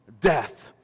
death